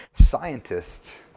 scientists